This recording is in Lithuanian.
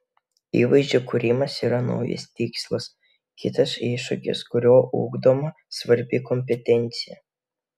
įvaizdžio kūrimas yra naujas tikslas kitas iššūkis kuriuo ugdoma svarbi kompetencija